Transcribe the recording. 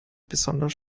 besonders